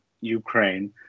Ukraine